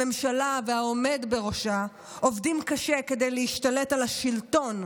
הממשלה והעומד בראשה עובדים קשה כדי להשתלט על השלטון,